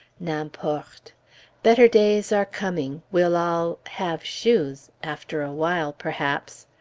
n'importe! better days are coming, we'll all have shoes after a while perhaps!